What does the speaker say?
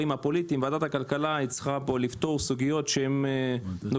הפוליטיים ועדת הכלכלה צריכה לפתור סוגיות שנוגעות